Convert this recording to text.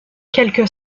quelques